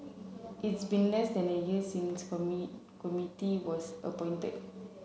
it's been less than a year since committee was appointed